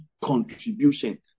contribution